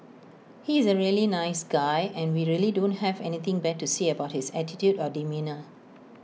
he is A really nice guy and we really don't have anything bad to say about his attitude or demeanour